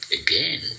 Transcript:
again